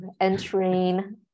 entering